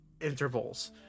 intervals